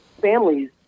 families